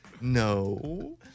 No